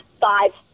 five